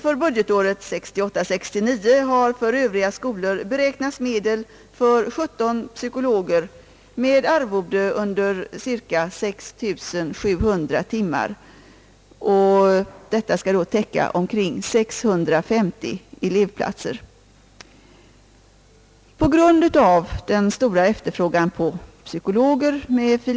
För budgetåret 1968/69 har för övriga skolor beräknats medel för 17 psykologer med arvode under cirka 6 700 timmar. Detta skall då täcka 650 elevplatser. På grund av den stora efterfrågan på psykologer med fil.